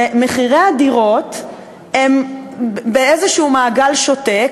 ומחירי הדירות הם באיזה מעגל שוטה,